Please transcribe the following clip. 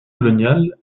colonial